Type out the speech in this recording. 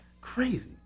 Crazy